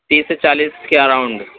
تیس سے چالیس کے اراؤنڈ